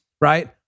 right